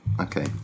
okay